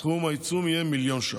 סכום העיצום יהיה מיליון ש"ח.